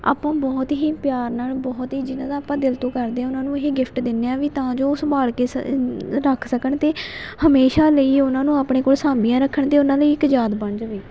ਆਪਾਂ ਬਹੁਤ ਹੀ ਪਿਆਰ ਨਾਲ ਬਹੁਤ ਹੀ ਜਿਨ੍ਹਾਂ ਦਾ ਆਪਾਂ ਦਿਲ ਤੋਂ ਕਰਦੇ ਹਾਂ ਉਹਨਾਂ ਨੂੰ ਹੀ ਗਿਫਟ ਦਿੰਦੇ ਹਾਂ ਵੀ ਤਾਂ ਜੋ ਸੰਭਾਲ ਕੇ ਸ ਰੱਖ ਸਕਣ ਅਤੇ ਹਮੇਸ਼ਾ ਲਈ ਉਹਨਾਂ ਨੂੰ ਆਪਣੇ ਕੋਲ ਸਾਂਭੀਆਂ ਰੱਖਣ ਅਤੇ ਉਹਨਾਂ ਲਈ ਇੱਕ ਯਾਦ ਬਣ ਜਾਵੇ